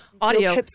audio